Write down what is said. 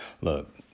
Look